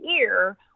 ear